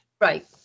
Right